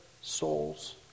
souls